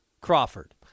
Crawford